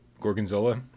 gorgonzola